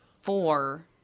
four